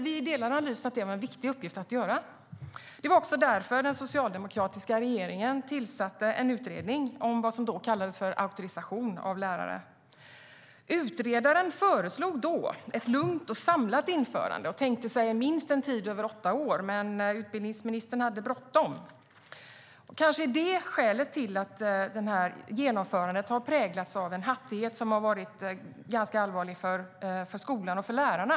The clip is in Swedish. Vi delar analysen att det är en viktig uppgift. Det var också därför som den socialdemokratiska regeringen tillsatte en utredning om vad som då kallades för auktorisation av lärare. Utredaren föreslog då ett lugnt och samlat införande och tänkte sig en tid om minst åtta år - men utbildningsministern hade bråttom. Kanske är det skälet till att genomförandet har präglats av en hattighet som har varit allvarlig för skolan och lärarna.